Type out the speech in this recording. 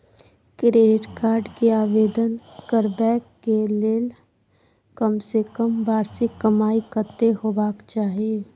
Credit card के आवेदन करबैक के लेल कम से कम वार्षिक कमाई कत्ते होबाक चाही?